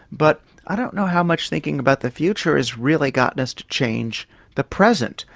but i don't know how much thinking about the future has really gotten us to change the present.